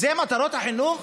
זה מטרות החינוך?